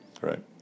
Right